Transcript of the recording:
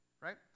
right